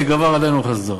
כי גבר עלינו חסדו?